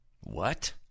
What